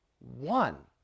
One